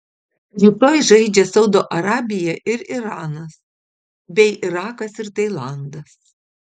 rytoj žaidžia saudo arabija ir iranas bei irakas ir tailandas